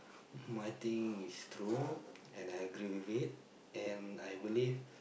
I think it's true and I agree with it and I believe